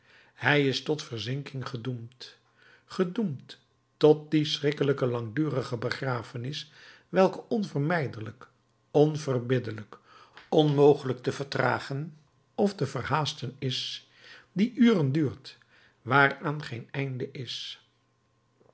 hij is tot verzinking gedoemd gedoemd tot die schrikkelijke langdurige begrafenis welke onvermijdelijk onverbiddelijk onmogelijk te vertragen of te verhaasten is die uren duurt waaraan geen einde is